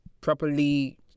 properly